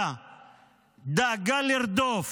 דאגה לרדוף